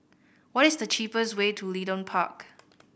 what is the cheapest way to Leedon Park